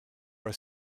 her